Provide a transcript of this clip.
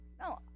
No